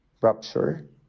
rupture